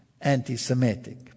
anti-Semitic